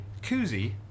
koozie